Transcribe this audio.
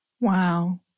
Wow